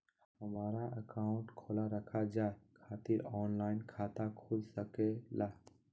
हमारा अकाउंट खोला रखा जाए खातिर ऑनलाइन खाता खुल सके ला?